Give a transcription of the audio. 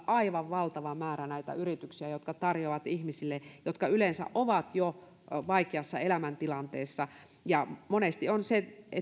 aivan valtava määrä näitä yrityksiä jotka tarjoavat ihmisille jotka yleensä ovat jo vaikeassa elämäntilanteessa monesti on se